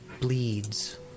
bleeds